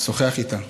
שוחח איתה.